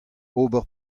ober